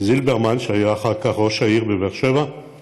זילברמן, שהיה אחר כך ראש העיר באר שבע,